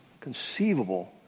conceivable